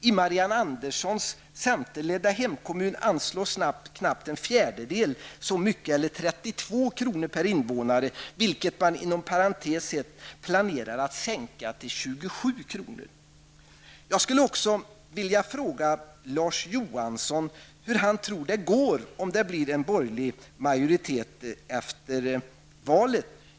I Marianne Anderssons i Vårgårda hemkommun anslås knappt en fjärdedel så mycket, eller 32 kr. per invånare, vilket man inom parentes sagt planerar att sänka till Jag skulle också vilja fråga Larz Johansson hur han tror att det går om det blir en borgerlig majoritet efter valet.